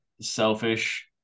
selfish